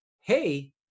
hey